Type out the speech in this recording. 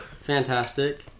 Fantastic